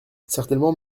certainement